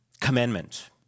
commandment